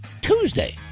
Tuesday